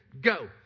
Go